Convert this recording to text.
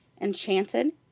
enchanted